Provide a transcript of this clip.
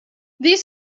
these